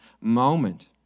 moment